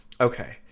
okay